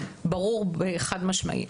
ברור וחד-משמעי.